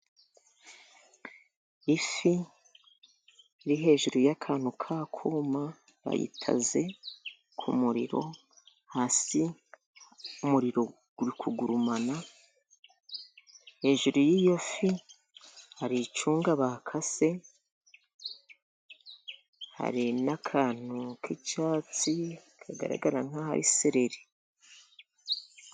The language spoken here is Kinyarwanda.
Ifi iri hejuru y' akantu ka kuma, bayitaze ku muririro hasi. Umuriro uri kugurumana hejuru y' iyo fi hari icunga, bakase hari, n' akantu k' icyatsi kagaragara nka seleri.